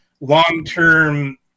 long-term